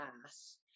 class